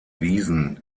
wiesen